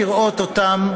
לראות אותם,